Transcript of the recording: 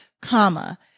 comma